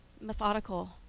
methodical